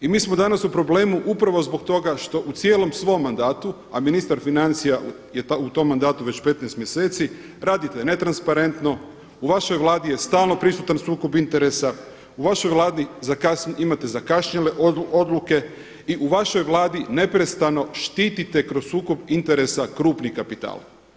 I mi smo danas u problemu upravo zbog toga što u cijelom svom mandatu, a ministar financija je u tom mandatu već 15 mjeseci, radite ne transparentno, u vašoj Vladi je stalno prisutan sukob interesa, u vašoj Vladi imate zakašnjele odluke i u vašoj Vladi neprestano štitite kroz sukob interesa krupni kapital.